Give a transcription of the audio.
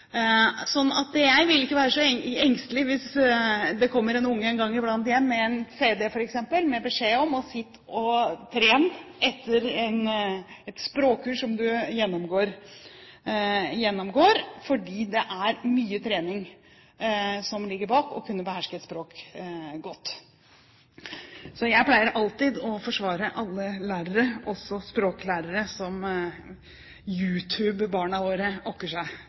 jeg vil ikke være så engstelig hvis det en gang iblant kommer en unge hjem med f.eks. en cd og beskjed om å trene etter et språkkurs som man gjennomgår, for det ligger mye trening bak det å beherske et språk godt. Jeg pleier alltid å forsvare alle lærere, også språklærere, som YouTube-barna våre